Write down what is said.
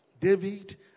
David